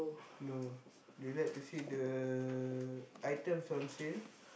no do you like to see the items on sale